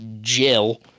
Jill